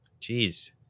Jeez